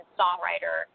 songwriter